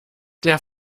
der